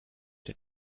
der